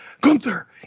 Gunther